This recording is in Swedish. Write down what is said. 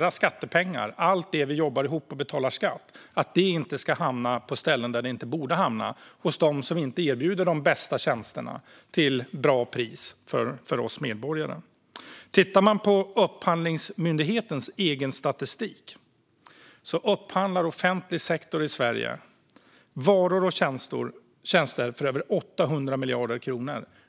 Våra skattepengar - allt det vi jobbar ihop och betalar i skatt - ska inte hamna på ställen där de inte borde hamna: hos dem som inte erbjuder de bästa tjänsterna till bra pris för oss medborgare. Enligt Upphandlingsmyndighetens egen statistik upphandlar offentlig sektor i Sverige varor och tjänster för över 800 miljarder kronor.